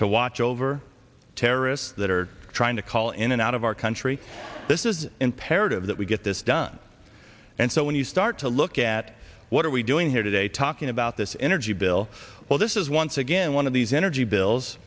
to watch over terrorists that are trying to call in and out of our country this is imperative that we get this done and so when you start to look at what are we doing here today talking about this energy bill well this is once again one of these energy bills